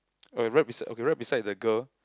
okay right beside okay right beside the girl